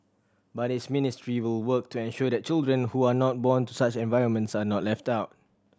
but his ministry will work to ensure that children who are not born to such environments are not left out